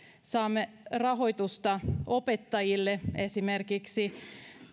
saamme rahoitusta opettajille esimerkiksi